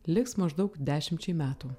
liks maždaug dešimčiai metų